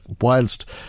whilst